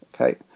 Okay